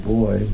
boy